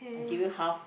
I give you half